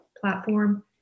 platform